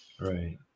right